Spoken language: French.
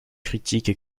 critique